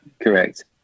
Correct